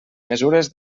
mesures